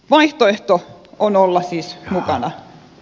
vaihtoehto on olla siis mukana